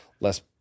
less